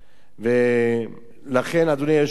ולכן, אדוני היושב-ראש,